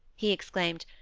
he exclaimed,